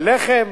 לחם